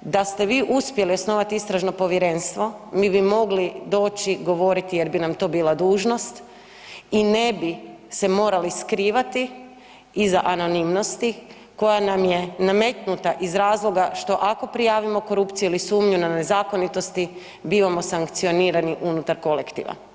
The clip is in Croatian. da ste vi uspjeli osnovati istražnog povjerenstvo, mi bi mogli doći govoriti jer bi nam to bila dužnost i ne bi se morali skrivati iza anonimnosti koja nam je nametnuta iz razloga što ako prijavljujemo korupciju ili sumnju na nezakonitosti bivamo sankcionirani unutar kolektiva.